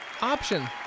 option